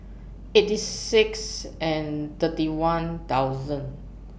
eighty six and thirty one thousand